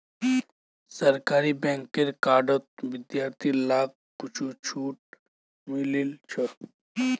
सरकारी बैंकेर कार्डत विद्यार्थि लाक कुछु छूट मिलील छ